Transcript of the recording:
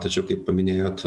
tačiau kaip paminėjot